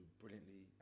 brilliantly